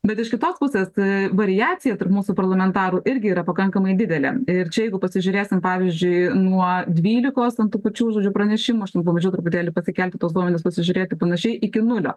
bet iš kitos pusės tai variacija tarp mūsų parlamentarų irgi yra pakankamai didelė ir čia jeigu pasižiūrėsim pavyzdžiui nuo dvylikos ant tų pačių žodžiu pranešimų aš ten pabandžiau truputėlį pasikelti tuos duomenis kad sužiūrėt ir panašiai iki nulio